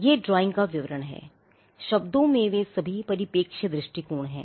यह ड्राइंग का विवरण है शब्दों में वे सभी परिप्रेक्ष्य दृष्टिकोण हैं